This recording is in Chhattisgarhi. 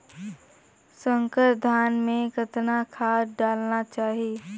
संकर धान मे कतना खाद डालना चाही?